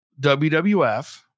WWF